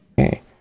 Okay